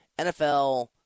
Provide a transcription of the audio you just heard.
NFL